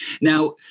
Now